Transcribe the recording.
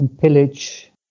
pillage